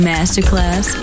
Masterclass